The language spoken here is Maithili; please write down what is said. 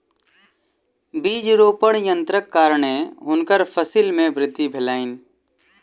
बीज रोपण यन्त्रक कारणेँ हुनकर फसिल मे वृद्धि भेलैन